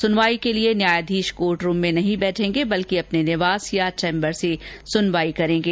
सुनवाई के लिए न्यायाधीश कोर्ट रूम में नहीं बैठेंगे बल्कि अपने निवास या चैम्बर से सुनवाई करेंगे